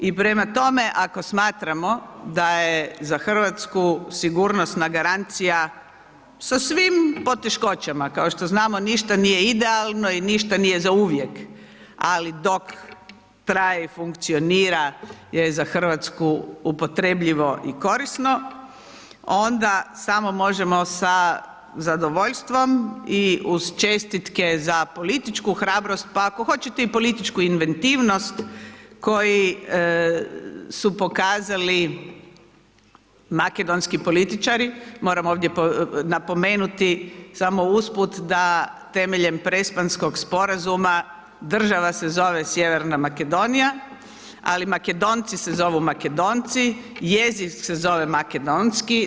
I prema tome, ako smatramo da je za Hrvatsku sigurnosna garancija sa svim poteškoćama, kao što znamo ništa nije idealno i ništa nije zauvijek, ali dok, traje i funkcionira za Hrvatsku upotrebljivo i korisno, onda samo možemo sa zadovoljstvom i uz čestitke za političku hrabrost, pa ako hoćete i političku inventivnost, koji su pokazali makedonski političari, moram ovdje napomenuti, samo usput, da temeljem … sporazuma, država se zove Sjeverna Makedonija, ali Makedonci se zovu Makedonci, jezik se zove makedonski.